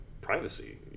privacy